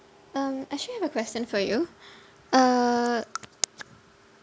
um actually I have a question for you uh